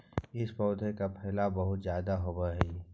इस पौधे का फैलाव बहुत ज्यादा होवअ हई